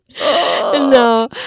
No